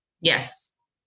Yes